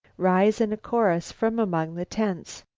rise in a chorus from among the tents.